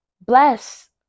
bless